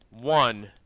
One